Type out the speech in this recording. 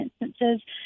instances